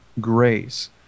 grace